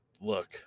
look